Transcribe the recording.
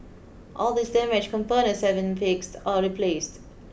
all these damaged components have been fixed or replaced